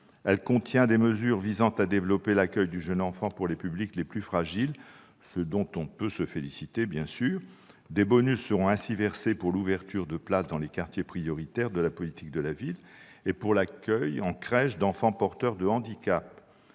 Elle contient des mesures visant à développer l'accueil du jeune enfant pour les publics les plus fragiles, ce dont on peut se féliciter. Des bonus seront ainsi versés pour l'ouverture de places dans des quartiers prioritaires de la politique de la ville et pour l'accueil en crèches d'enfants porteurs de handicap.